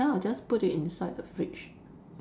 then I will just put it inside the fridge